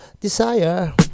desire